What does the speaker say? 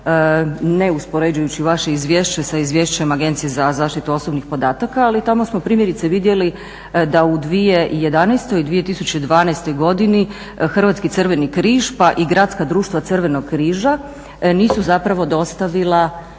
ne uspoređujući vaše izvješće sa izvješćem Agencije za zaštitu osobnih podataka. Ali tamo smo primjerice vidjeli da u 2011. i 2012. godini Hrvatski Crveni križ pa i Gradska društva Crvenog križa nisu zapravo dostavila